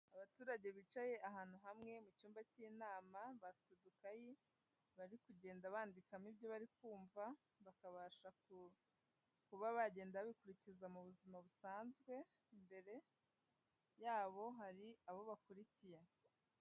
Abaturage bicaye ahantu hamwe mu cyumba cy'inama bafite udukayi bari kugenda bandikamo ibyo bari kumva bakabasha kuba bagenda bikurikiza mu buzima busanzwe, imbere yabo hari abo bakurikiye.